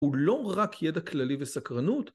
‫ולא רק ידע כללי וסקרנות,